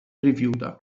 rifiuta